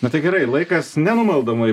na tai gerai laikas nenumaldomai